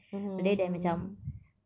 mmhmm